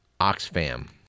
Oxfam